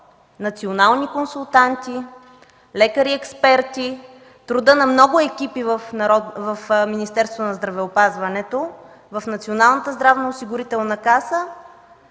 национални консултанти, лекари, експерти, труда на много екипи в Министерството на здравеопазването, в Националната здравноосигурителна каса.